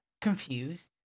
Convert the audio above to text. confused